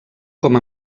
com